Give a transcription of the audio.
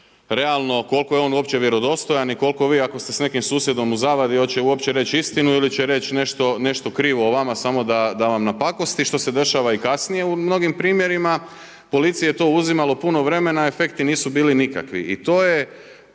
realno koliko je on uopće vjerodostojan i koliko vi ako ste sa nekim susjedom u zavadi hoće li uopće reći istinu ili će reći nešto krivo o vama samo da vam napakosti, što se dešava i kasnije u mnogim primjerima. Policiji je to uzimalo puno vremena i efekti nisu bili nikakvi